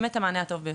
באמת המענה הטוב ביותר.